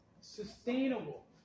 Sustainable